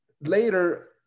later